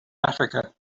africa